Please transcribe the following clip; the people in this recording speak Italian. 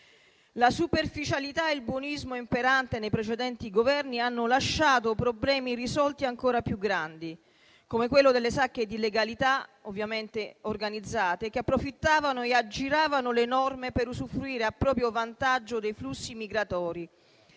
La superficialità e il buonismo imperanti nei precedenti Governi hanno lasciato problemi irrisolti ancora più grandi, come quello delle sacche di illegalità, ovviamente organizzate, che approfittavano e aggiravano le norme per usufruire a proprio vantaggio dei flussi migratori